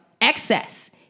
excess